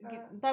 uh